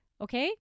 Okay